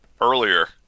earlier